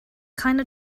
kinda